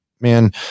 man